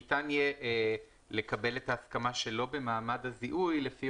שניתן יהיה לקבל את ההסכמה שלא במעמד הזיהוי לפי